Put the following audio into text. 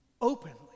openly